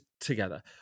together